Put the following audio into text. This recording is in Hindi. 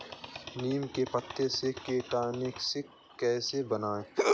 नीम के पत्तों से कीटनाशक कैसे बनाएँ?